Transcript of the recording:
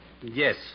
yes